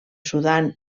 sudan